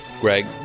Greg